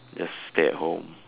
just stay at home